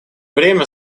время